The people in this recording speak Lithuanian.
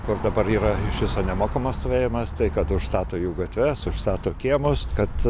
kur dabar yra iš viso nemokamas stovėjimas tai kad užstato jų gatves užstato kiemus kad